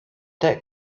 that